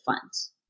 funds